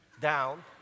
down